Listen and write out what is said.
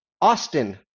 Austin